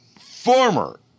Former